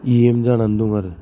E एम जानानै दं आरो